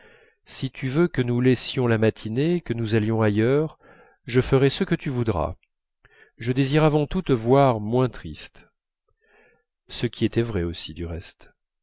si tu veux que nous laissions la matinée que nous allions ailleurs je ferai ce que tu voudras je désire avant tout te voir moins triste